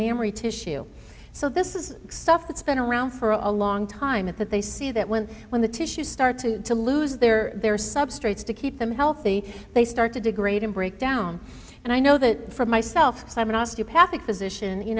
memory tissue so this is stuff that's been around for a long time at that they see that when when the tissues start to to lose their their substrates to keep them healthy they start to degrade and break down and i know that for myself seven osteopathic physician you